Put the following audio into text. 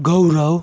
ગૌરવ